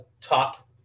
top